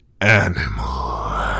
animal